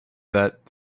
that